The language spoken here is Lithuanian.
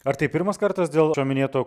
ar tai pirmas kartas dėl šio minėto